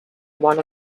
one